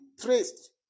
traced